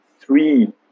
three